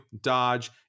dodge